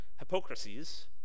hypocrisies